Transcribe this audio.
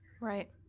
Right